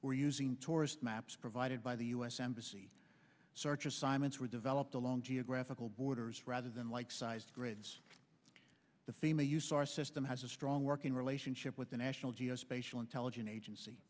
where using tourist maps provided by the u s embassy search assignments were developed along geographical borders rather than like sized grids the fema use our system has a strong working relationship with the national geospatial intelligence agency